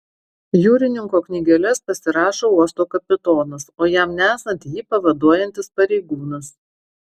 jūrininko knygeles pasirašo uosto kapitonas o jam nesant jį pavaduojantis pareigūnas